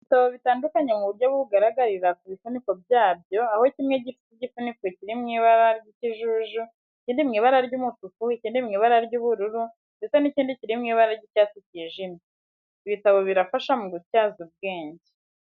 Ibitabo bitandukanye mu buryo bugaragarira ku bifuniko byabyo aho kimwe gifite igifuniko kiri mu ibara ry'ikijuju, ikindi mu ibara ry'umutuku, ikindi mu ibara ry'ubururu ndetse n'ikindi kiri mu ibara ry'icyatsi kijimye. Ibitabo birafasha mu gutyaza ubwenge.